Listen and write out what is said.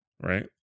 right